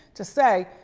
to say,